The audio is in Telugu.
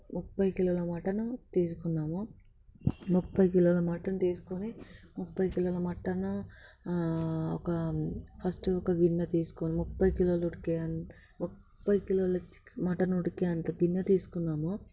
ముప్పై కిలోల మటన్ తీసుకున్నాము ముప్పై కిలోల మటన్ తీసుకుని ముప్పై కిలోల మటన్ ఒక ఫస్ట్ ఒక గిన్నె తీసుకొని ముప్పై కిలోలు ఉడికే అంత ముప్పై కిలోలు మటన్ ఉడికే అంత గిన్నె తీసుకున్నాము